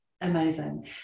Amazing